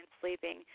sleeping